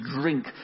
drink